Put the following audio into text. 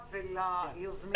ונקווה